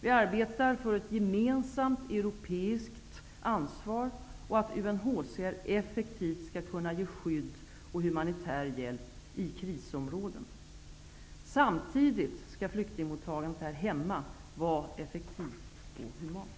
Vi arbetar för ett gemensamt europeiskt ansvar och för att UNHCR effektivt skall kunna ge skydd och humanitär hjälp i krisområden. Samtidigt skall flyktingmottagandet här hemma vara effektivt och humant.